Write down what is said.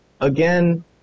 again